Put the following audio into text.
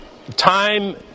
time